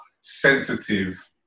sensitive